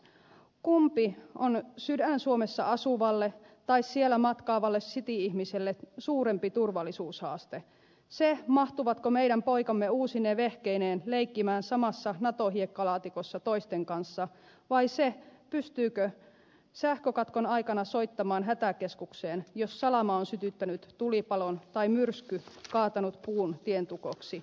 kumpi on sydän suomessa asuvalle tai siellä matkaavalle city ihmiselle suurempi turvallisuushaaste se mahtuvatko meidän poikamme uusine vehkeineen leikkimään samassa nato hiekkalaatikossa toisten kanssa vai se pystyykö sähkökatkon aikana soittamaan hätäkeskukseen jos salama on sytyttänyt tulipalon tai myrsky kaatanut puun tien tukoksi